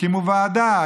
הקימו ועדה,